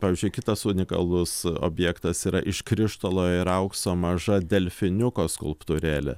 pavyzdžiui kitas unikalus objektas yra iš krištolo ir aukso maža delfiniuko skulptūrėlė